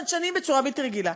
חדשניים בצורה בלתי רגילה.